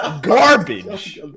garbage